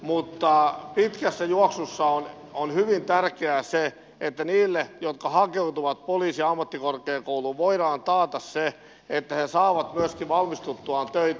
mutta pitkässä juoksussa on hyvin tärkeää se että niille jotka hakeutuvat poliisiammattikorkeakouluun voidaan taata se että he saavat myöskin valmistuttuaan töitä poliisina